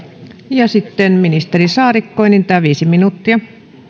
sitten ministeri saarikko enintään viisi minuuttia